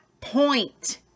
point